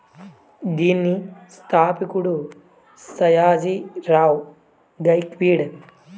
దీని స్థాపకుడు సాయాజీ రావ్ గైక్వాడ్